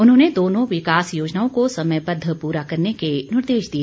उन्होंने दोनों विकास योजनाओं को समयबद्ध पूरा करने के निर्देश दिए